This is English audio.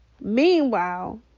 Meanwhile